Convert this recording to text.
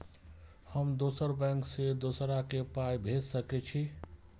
हम दोसर बैंक से दोसरा के पाय भेज सके छी?